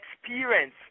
experience